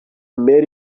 mail